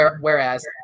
whereas